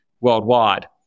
worldwide